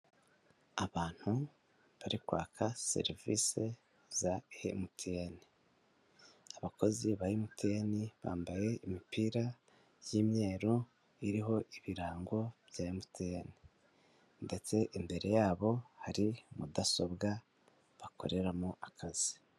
Abantu bari kwaka serivise za MTN. Abakozi ba MTN bambaye imipira y'imyeru iriho ibirango bya MTN ndetse imbere yabo hari mudasobwa bakoreramo akazi.